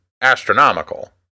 astronomical